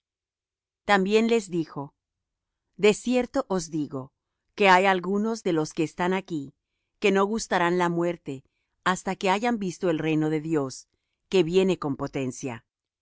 también les dijo de cierto os digo que hay algunos de los que están aquí que no gustarán la muerte hasta que hayan visto el reino de dios que viene con potencia